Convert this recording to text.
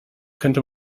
könnte